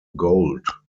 gold